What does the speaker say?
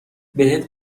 بهت